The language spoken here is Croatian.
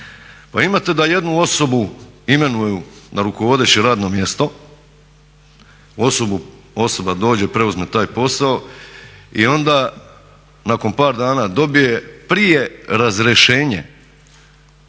imate da jednu osobu imenuju na rukovodeće radno mjesto, osoba dođe preuzme taj posao i onda nakon par dana dobije prije razrješenje